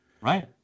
right